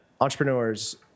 entrepreneurs